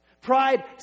Pride